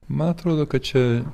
man atrodo kad čia